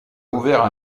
ouvert